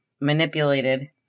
manipulated